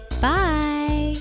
bye